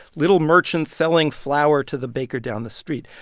little merchants selling flour to the baker down the street.